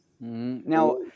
now